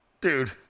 Dude